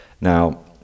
Now